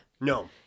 no